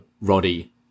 Roddy